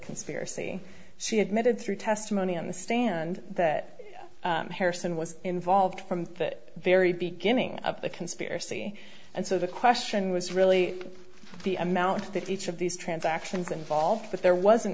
conspiracy she admitted through testimony on the stand that harrison was involved from the very beginning of the conspiracy and so the question was really the amount that each of these transactions involved but there wasn't